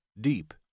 deep